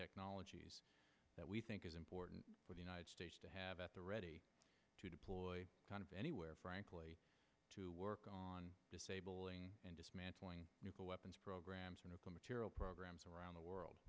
technologies that we think is important for the united states to have at the ready to deploy anywhere frankly to work on disabling and dismantling nuclear weapons programs and material programs around the world